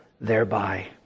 thereby